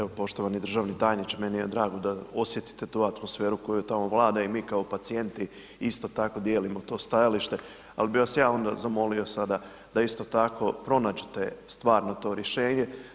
Evo, poštovani državni tajniče meni je drago da osjetite tu atmosferu koja tamo vlada i mi kao pacijenti isto tako dijelio to stajalište, ali bi vas ja onda zamolimo sada da isto tako pronađete stvarno to rješenje.